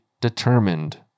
determined